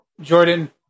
Jordan